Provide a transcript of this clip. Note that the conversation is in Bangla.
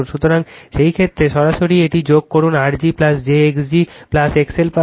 সুতরাং সেই ক্ষেত্রে সরাসরি এটি যোগ করুন R g j x g XL পাবেন